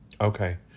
Okay